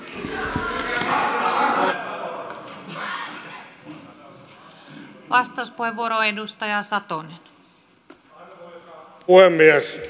arvoisa puhemies